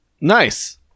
Nice